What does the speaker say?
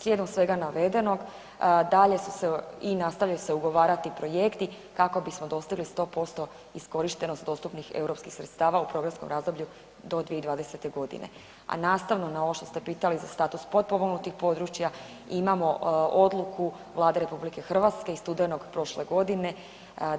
Slijedom svega navedenog, dalje su se i nastavljaju se ugovarati projekti kako bismo dostigli 100% iskorištenost dostupnih europskih sredstava u programskom razdoblju do 2020. g., a nastavno na ovo što ste pitali za status potpomognutih područja, imamo odluku Vlade RH iz studenog prošle godine